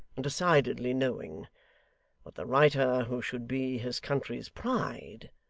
and decidedly knowing but the writer who should be his country's pride,